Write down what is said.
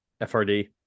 frd